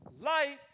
light